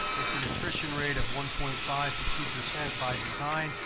it's an attrition rate of one point five to two percent by design,